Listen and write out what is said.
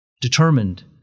determined